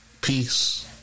Peace